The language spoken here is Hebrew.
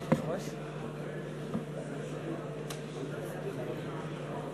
הכנסת פירון, אתה לא חייב לחזור למקומך.